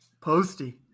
Posty